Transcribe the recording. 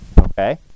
Okay